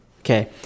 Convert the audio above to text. Okay